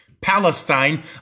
Palestine